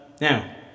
Now